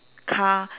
car